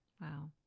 Wow